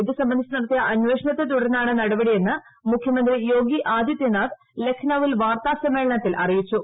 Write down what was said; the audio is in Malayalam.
ഇത് സംബന്ധിച്ച് നടത്തിയ അന്വേഷണത്തെ തുടർന്നാണ് നടപടിയെന്ന് മുഖ്യമന്ത്രി യോഗി ആദിത്യനാഥ് ലഖ്നൌവിൽ വാർത്താ സമ്മേളനത്തിൽ അറിയിച്ചു